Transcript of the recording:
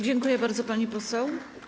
Dziękuję bardzo, pani poseł.